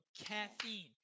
Caffeine